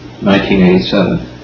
1987